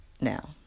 now